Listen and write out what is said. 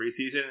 preseason